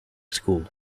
school